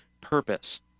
purpose